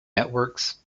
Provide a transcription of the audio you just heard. networks